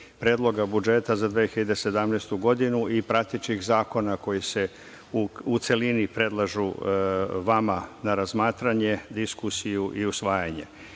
budžeta za 2017. godinu i pratećih zakona koji se u celini predlažu vama na razmatranje, diskusiju i usvajanje. Prvo,